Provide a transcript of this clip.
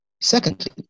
Secondly